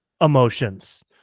emotions